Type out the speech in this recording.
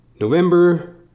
November